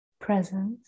Presence